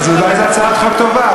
אז אולי זאת הצעת חוק טובה.